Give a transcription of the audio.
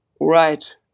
right